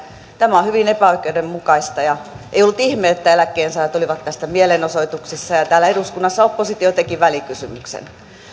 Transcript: tämä on hyvin epäoikeudenmukaista ja ei ollut ihme että eläkkeensaajat olivat tästä mielenosoituksissa ja täällä eduskunnassa oppositio teki välikysymyksen